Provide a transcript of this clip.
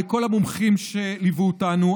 לכל המומחים שליוו אותנו,